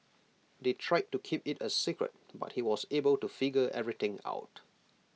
they tried to keep IT A secret but he was able to figure everything out